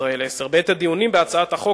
"ישראל 10". בעת הדיונים בהצעת החוק